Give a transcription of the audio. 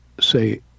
say